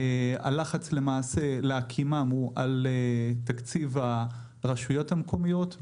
הלחץ להקימם הוא על תקציב הרשויות המקומיות,